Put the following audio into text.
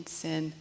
sin